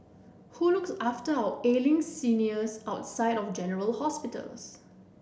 who looks after our ailing seniors outside of general hospitals